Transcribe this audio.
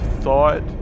thought